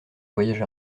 voyage